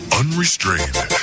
unrestrained